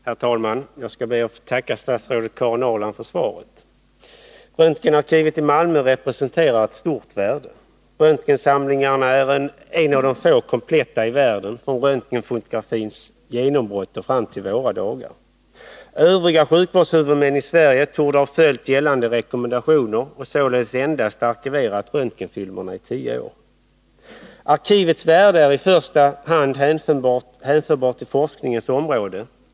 Herr talman! Jag ber att få tacka statsrådet Karin Ahrland för svaret. Röntgenarkivet i Malmö representerar ett stort värde. Röntgensamlingen är en av de få kompletta i världen från röntgenfotografins genombrott fram till våra dagar. Övriga sjukvårdshuvudmän i Sverige torde ha följt gällande rekommendationer och således endast arkiverat röntgenfilmerna i tio år. Arkivets värde är i första hand hänförbart till forskningens område.